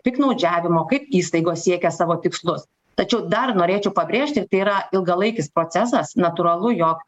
piktnaudžiavimo kaip įstaigos siekia savo tikslus tačiau dar norėčiau pabrėžti tai yra ilgalaikis procesas natūralu jog